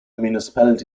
municipality